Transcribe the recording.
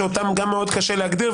שאותם גם מאוד קשה להגדיר,